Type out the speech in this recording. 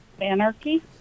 Anarchy